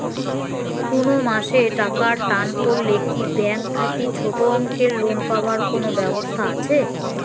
কুনো মাসে টাকার টান পড়লে কি ব্যাংক থাকি ছোটো অঙ্কের লোন পাবার কুনো ব্যাবস্থা আছে?